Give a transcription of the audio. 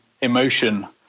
emotion